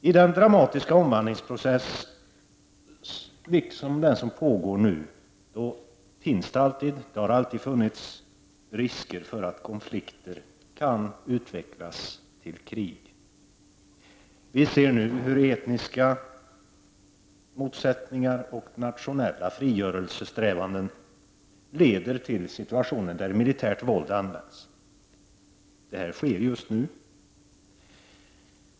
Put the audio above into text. I en dramatisk omvandlingsprocess sådan som den som pågår nu finns det alltid och har alltid funnits risker för att konflikter kan utvecklas till krig. Vi ser nu hur etniska motsättningar och nationella frigörelsesträvanden leder till situationer där militärt våld används. Det sker just nu.